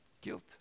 Guilt